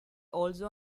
also